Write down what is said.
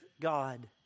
God